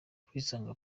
kwisanga